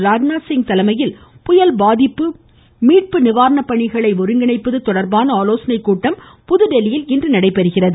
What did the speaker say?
ராஜ்நாத் சிங் தலைமையில் புயல் பாதிப்பு மீட்டு நிவாரணப் பணிகளை ஒருங்கிணைப்பது தொடர்பான ஆலோசனைக் கூட்டம் புதுதில்லியில் இன்று நடைபெறுகிறது